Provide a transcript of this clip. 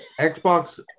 Xbox